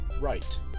right